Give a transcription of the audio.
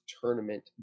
tournament